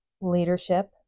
leadership